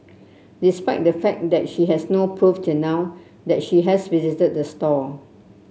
despite the fact that she has no proof till now that she has visited the store